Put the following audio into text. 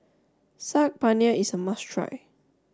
Saag Paneer is a must try